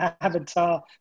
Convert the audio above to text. avatar